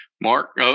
Mark